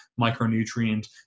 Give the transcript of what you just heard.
micronutrient